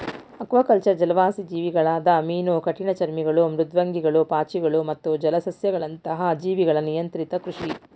aquaculture ಜಲವಾಸಿ ಜೀವಿಗಳಾದ ಮೀನು ಕಠಿಣಚರ್ಮಿಗಳು ಮೃದ್ವಂಗಿಗಳು ಪಾಚಿಗಳು ಮತ್ತು ಜಲಸಸ್ಯಗಳಂತಹ ಜೀವಿಗಳ ನಿಯಂತ್ರಿತ ಕೃಷಿ